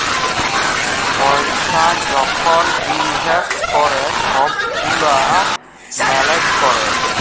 পইসা যখল ইলভেস্ট ক্যরে ছব গুলা ম্যালেজ ক্যরে